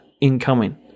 incoming